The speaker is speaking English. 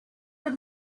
that